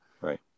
Right